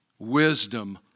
wisdom